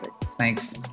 Thanks